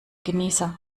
genießer